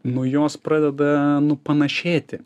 nu jos pradeda panašėti